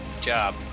job